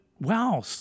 wow